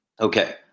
Okay